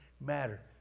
matter